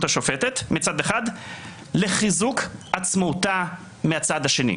השופטת מצד אחד לחיזוק עצמאותה מהצד השני.